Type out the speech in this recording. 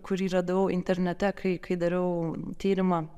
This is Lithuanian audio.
kurį radau internete kai kai dariau tyrimą